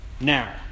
Now